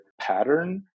pattern